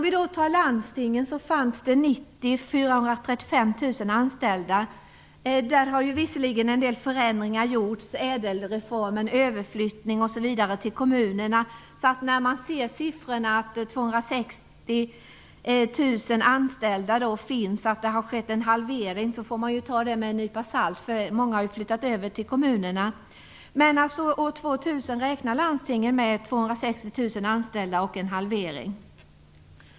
I landstingen fanns 435 000 anställda 1990. Där har visserligen en del förändringar gjorts, bl.a. ÄDEL-reformen och en överflyttning till kommunerna. Landstingen räknar med 260 000 anställda år 2000, vilket innebär en halvering. Man får dock ta siffrorna med en nypa salt, eftersom många anställda har flyttat över till kommunerna.